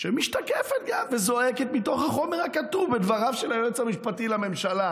שמשתקפת וזועקת מתוך החומר הכתוב ודבריו של היועץ המשפטי לממשלה: